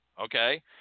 okay